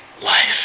life